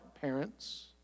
parents